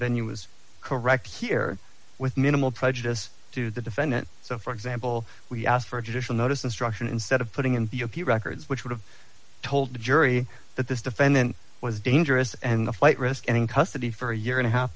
venue was correct here with minimal prejudice to the defendant so for example we asked for a judicial notice instruction instead of putting in the records which would have told the jury that this defendant was dangerous and the flight risk and in custody for a year and a half